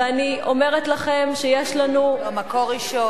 ואני אומרת לכם שיש לנו, "ישראל היום"?